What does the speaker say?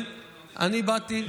אני באתי,